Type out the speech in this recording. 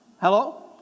Hello